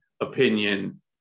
opinion